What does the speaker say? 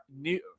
new